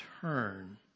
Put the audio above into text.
turn